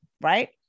right